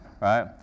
right